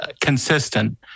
consistent